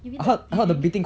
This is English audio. you mean the bidding